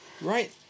Right